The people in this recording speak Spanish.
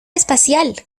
espacial